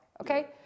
Okay